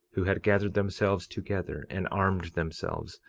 who had gathered themselves together, and armed themselves,